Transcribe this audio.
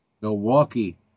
Milwaukee